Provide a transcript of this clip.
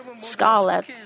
scarlet